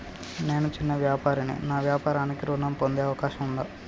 నేను చిన్న వ్యాపారిని నా వ్యాపారానికి ఋణం పొందే అవకాశం ఉందా?